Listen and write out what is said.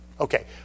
Okay